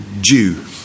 Jew